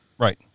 Right